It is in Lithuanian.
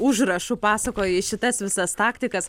užrašų pasakoji šitas visas taktikas